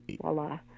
voila